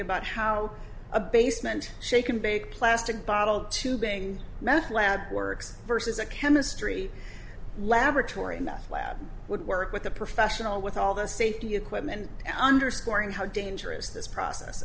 about how a basement shaken big plastic bottle tubing meth lab works versus a chemistry laboratory enough lab would work with a professional with all the safety equipment underscoring how dangerous this process